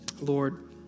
Lord